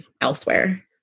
elsewhere